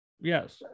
Yes